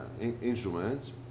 instruments